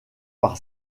par